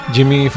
Jimmy